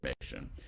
information